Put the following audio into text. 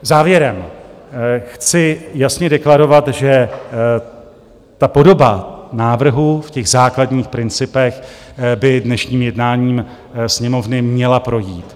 Závěrem chci jasně deklarovat, že podoba návrhu v těch základních principech by dnešním jednáním Sněmovny měla projít.